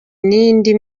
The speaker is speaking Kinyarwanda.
n’indi